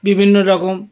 বিভিন্ন রকম